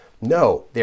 No